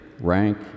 rank